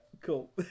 cool